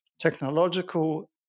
technological